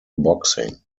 boxing